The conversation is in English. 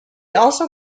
also